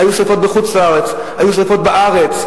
היו שרפות בחוץ-לארץ, כבר היו שרפות בארץ.